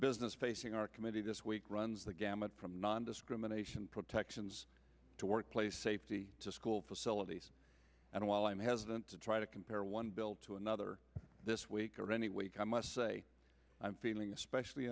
business facing our committee this week runs the gamut from nondiscrimination protections to workplace safety to school facilities and while i'm hesitant to try to compare one bill to another this week or any week i must say i'm feeling especially